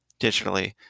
digitally